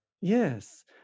Yes